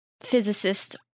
physicist